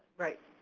right.